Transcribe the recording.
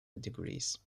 degrees